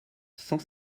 cent